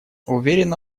уверенно